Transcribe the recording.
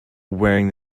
wearing